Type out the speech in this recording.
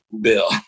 bill